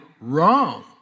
wrong